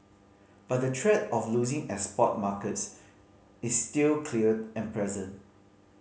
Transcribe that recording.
but the threat of losing export markets is still clear and present